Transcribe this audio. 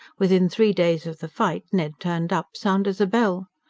within three days of the fight ned turned up, sound as a bell.